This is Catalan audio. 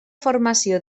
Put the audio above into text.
formació